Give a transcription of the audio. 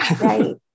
right